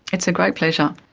it's a great pleasure.